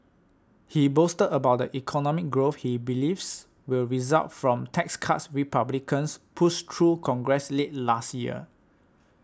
he boasted about the economic growth he believes will result from tax cuts Republicans pushed through Congress late last year